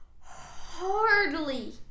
hardly